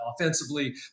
offensively